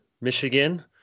Michigan